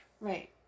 Right